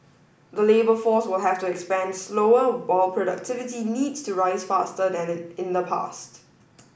the labour force will have to expand slower while productivity needs to rise faster than in the past